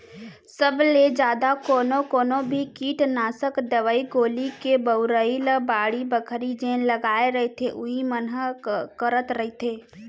सब ले जादा कोनो कोनो भी कीटनासक दवई गोली के बउरई ल बाड़ी बखरी जेन लगाय रहिथे उही मन ह करत रहिथे